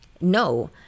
no